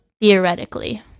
theoretically